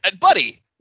Buddy